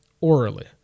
Orally